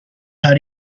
how